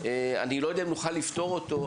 אני לא יודע אם נוכל לפתור אותו,